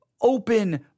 open